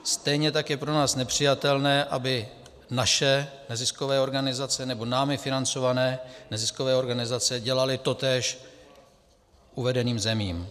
Stejně tak je pro nás nepřijatelné, aby naše neziskové organizace nebo námi financované neziskové organizace dělaly totéž uvedeným zemím.